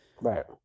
Right